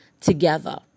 together